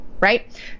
Right